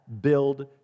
build